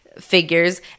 figures